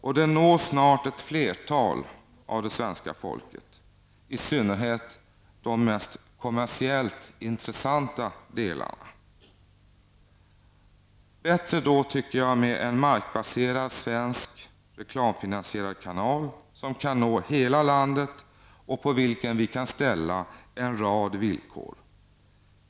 Och den når snart en stor del av det svenska folket, i synnerhet de mest kommersiellt intressanta delarna. Enligt min mening är det bättre med en markbaserad svensk reklamfinansierad kanal som kan nå hela landet och på vilken vi kan ställa en rad villkor.